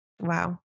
Wow